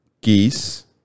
geese